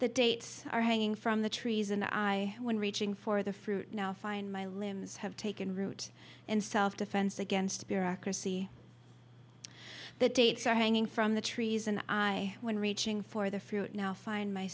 the dates are hanging from the trees and i when reaching for the fruit now find my limbs have taken root in self defense against bureaucracy the dates are hanging from the trees and i when reaching for the fruit now find my